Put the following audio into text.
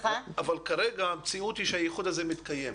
כרגע המציאות היא שהייחוד הזה מתקיים.